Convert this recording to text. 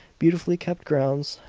beautifully kept grounds,